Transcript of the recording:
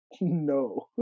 No